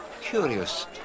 Curious